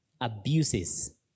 Abuses